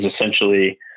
essentially